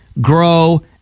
grow